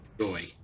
Joy